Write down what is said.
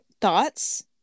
thoughts